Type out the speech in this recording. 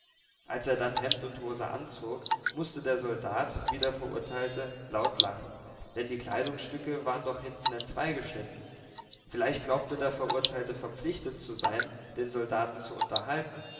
als er dann hemd und hose anzog mußte der soldat wie der verurteilte laut lachen denn die kleidungsstücke waren doch hinten entzweigeschnitten vielleicht glaubte der verurteilte verpflichtet zu sein den soldaten zu unterhalten